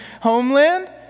homeland